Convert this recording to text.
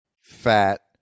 fat